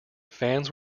fans